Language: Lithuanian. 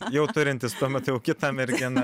jau turintis tuomet jau kitą merginą